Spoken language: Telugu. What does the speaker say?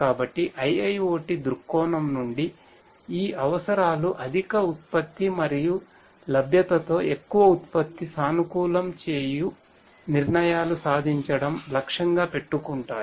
కాబట్టి IIoT దృక్కోణం నుండి ఈ అవసరాలు అధిక ఉత్పత్తి మరియు లభ్యతతో ఎక్కువ ఉత్పత్తి సానుకూలం చేయు నిర్ణయాలు సాధించటం లక్ష్యంగా పెట్టుకుంటాయి